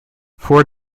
four